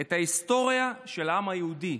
את ההיסטוריה של העם היהודי.